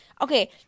Okay